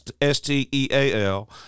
S-T-E-A-L